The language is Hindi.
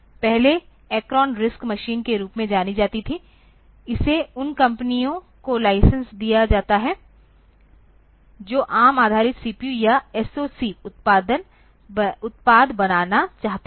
पहले Acron RISC मशीन के रूप में जानी जाती थी इसे उन कंपनियों को लाइसेंस दिया जाता है जो ARM आधारित CPU या SOC उत्पाद बनाना चाहते हैं